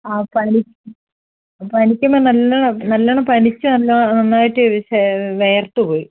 ആ പനി പനിക്കുമ്പോൾ നല്ലവണ്ണം നല്ലവണ്ണം പനിച്ച് നന്നായിട്ട് വിയർത്ത് പോയി